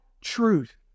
truth